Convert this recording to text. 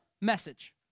message